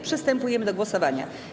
Przystępujemy do głosowania.